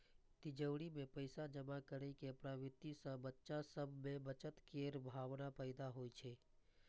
तिजौरी मे पैसा जमा करै के प्रवृत्ति सं बच्चा सभ मे बचत केर भावना पैदा होइ छै